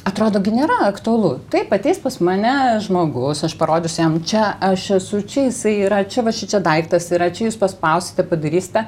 atrodo gi nėra aktualu taip ateis pas mane žmogus aš parodysiu jam čia aš esu čia jisai yra čia va šičia daiktas yra čia jūs paspausite padarysite